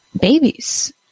Babies